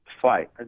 fight